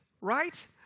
right